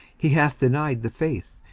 he hath denied the faith,